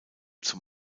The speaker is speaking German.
zum